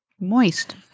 moist